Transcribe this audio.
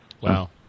Wow